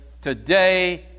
today